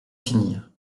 finir